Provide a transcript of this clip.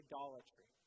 Idolatry